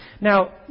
Now